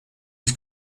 his